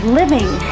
living